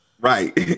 Right